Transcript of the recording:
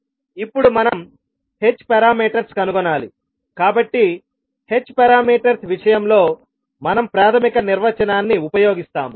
ఇప్పుడు మనం h parameters కనుగొనాలికాబట్టి h పారామీటర్స్ విషయంలో మనం ప్రాథమిక నిర్వచనాన్ని ఉపయోగిస్తాము